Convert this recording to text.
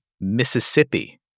Mississippi